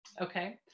Okay